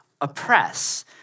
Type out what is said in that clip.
oppress